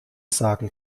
sagen